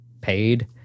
paid